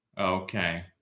Okay